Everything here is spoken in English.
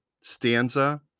stanza